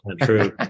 true